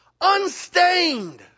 unstained